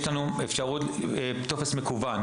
יש לנו אפשרות לפנות בטופס מקוון,